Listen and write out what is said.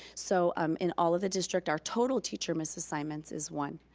so um in all of the district, our total teacher misassignments is one.